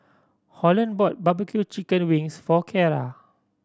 Holland bought barbecue chicken wings for Cara